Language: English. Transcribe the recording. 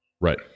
Right